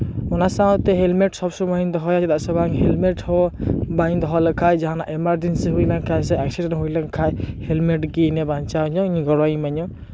ᱚᱱᱟ ᱥᱟᱶᱛᱮ ᱦᱮᱞᱢᱮᱴ ᱥᱚᱵ ᱥᱚᱢᱚᱭ ᱤᱧ ᱫᱚᱦᱚᱭᱟ ᱪᱮᱫᱟᱜ ᱥᱮ ᱵᱟᱝ ᱦᱮᱞᱢᱮᱴ ᱦᱚᱸ ᱵᱟᱹᱧ ᱫᱚᱦᱚ ᱞᱮᱠᱷᱟᱡ ᱡᱟᱦᱟᱱᱟᱜ ᱮᱢᱟᱨᱡᱮᱱᱥᱤ ᱦᱩᱭ ᱞᱮᱱᱠᱷᱟᱡ ᱥᱮ ᱮᱠᱥᱤᱰᱮᱱᱴ ᱦᱩᱭ ᱞᱮᱱᱠᱷᱟᱡ ᱦᱮᱞᱢᱮᱴ ᱜᱮ ᱤᱧᱮ ᱵᱟᱧᱪᱟᱣ ᱤᱧᱟᱹ ᱤᱧᱮ ᱜᱚᱲᱚᱭ ᱤᱢᱟᱹᱧᱟ